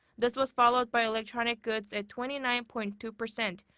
this was followed by electronic goods at twenty nine point two percent,